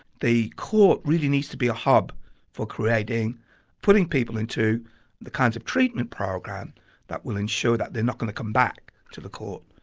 the court really needs to be a hub for putting putting people into the kinds of treatment program that will ensure that they're not going to come back to the court.